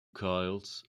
coils